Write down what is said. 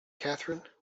catherine